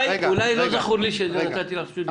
לא זכור לי שנתתי לך רשות דיבור.